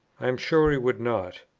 i am sure he would not.